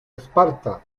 esparta